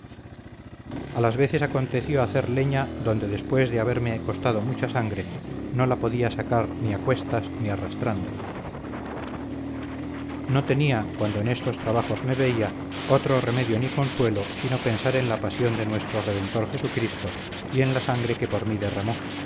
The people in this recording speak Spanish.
a las veces aconteció hacer leña donde después de haberme costado mucha sangre no la podía sacar ni a cuestas ni arrastrando no tenía cuando en estos trabajos me veía otro remedio ni consuelo sino pensar en la pasión de nuestro redentor jesucristo y en la sangre que por mí derramó